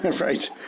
right